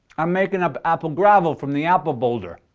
i'm making up apple gravel from the apple boulder.